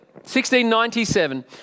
1697